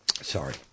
Sorry